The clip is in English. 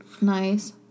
Nice